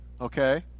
Okay